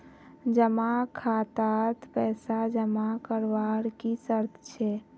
जमा खातात पैसा जमा करवार की शर्त छे?